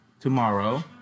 tomorrow